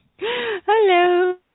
Hello